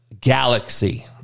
galaxy